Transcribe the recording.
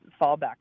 fallback